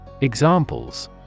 Examples